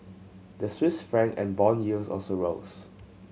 the Swiss franc and bond yields also rose